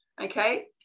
okay